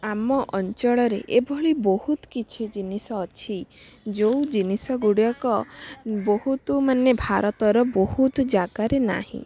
ଆମ ଅଞ୍ଚଳରେ ଏଭଳି ବହୁତ କିଛି ଜିନିଷ ଅଛି ଯେଉଁ ଜିନିଷଗୁଡ଼ାକ ବହୁତ ମାନେ ଭାରତର ବହୁତ ଜାଗାରେ ନାହିଁ